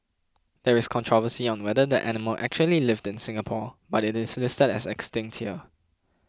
there is controversy on whether the animal actually lived in Singapore but it is listed as Extinct here